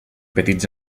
petits